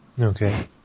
Okay